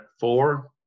four